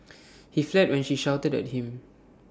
he fled when she shouted at him